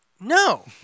No